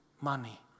money